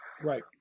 right